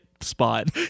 spot